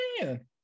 man